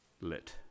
lit